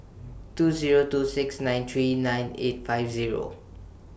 two Zero two six nine three nine eight five Zero